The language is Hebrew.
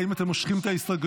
האם אתם מושכים את ההסתייגויות?